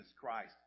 Christ